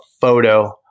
photo